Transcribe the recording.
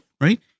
right